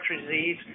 disease